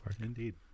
Indeed